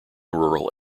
rural